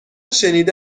شنیده